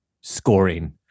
scoring